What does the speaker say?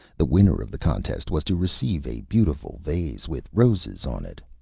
the winner of the contest was to receive a beautiful vase, with roses on it.